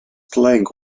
plank